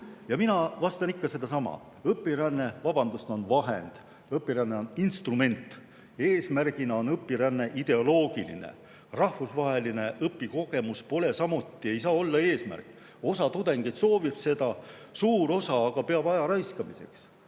Mina vastan ikka sedasama: õpiränne, vabandust, on vahend. Õpiränne on instrument. Eesmärgina on õpiränne ideoloogiline. Rahvusvaheline õpikogemus samuti ei saa olla eesmärk. Osa tudengeid soovib seda, suur osa aga peab ajaraiskamiseks.